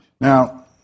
Now